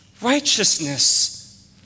righteousness